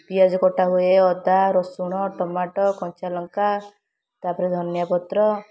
ପିଆଜ କଟାହୁଏ ଅଦା ରସୁଣ ଟମାଟୋ କଞ୍ଚାଲଙ୍କା ତା'ପରେ ଧନିଆପତ୍ର